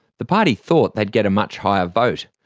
the party thought they'd get a much higher vote.